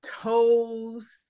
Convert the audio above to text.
toes